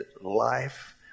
life